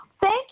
Thank